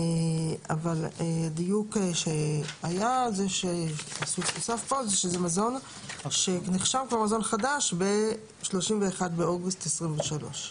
אבל הדיוקן שהיה זה שזה מזון שנחשב כבר מזון חדש ב-31 באוגוסט 2023,